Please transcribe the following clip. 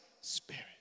spirit